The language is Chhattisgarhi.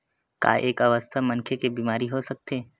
का एक अस्वस्थ मनखे के बीमा हो सकथे?